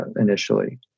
initially